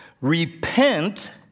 Repent